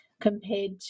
compared